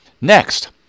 Next